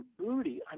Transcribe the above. booty